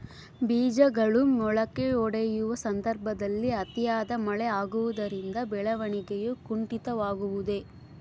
ಬೇಜಗಳು ಮೊಳಕೆಯೊಡೆಯುವ ಸಂದರ್ಭದಲ್ಲಿ ಅತಿಯಾದ ಮಳೆ ಆಗುವುದರಿಂದ ಬೆಳವಣಿಗೆಯು ಕುಂಠಿತವಾಗುವುದೆ?